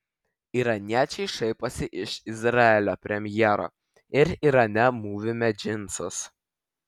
iraniečiai šaiposi iš izraelio premjero ir irane mūvime džinsus